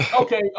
Okay